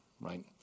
right